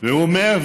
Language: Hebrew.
הוא אומר,